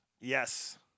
Yes